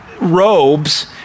robes